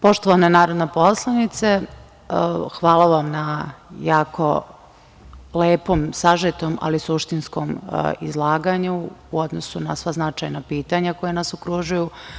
Poštovana narodna poslanice, hvala vam na jako lepom, sažetom, ali suštinskom izlaganju u odnosu na sva značajna pitanja koja nas okružuju.